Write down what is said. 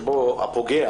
הפוגע